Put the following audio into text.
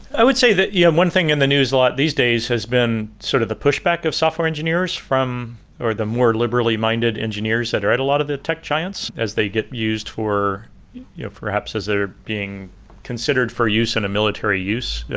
i would say that yeah one thing in the news lot these days has been sort of the push back of software engineers from or the more liberally-minded engineers that are at a lot of the tech giants as they get used for yeah perhaps as they're being considered for use in a military use. yeah